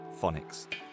phonics